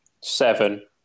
Seven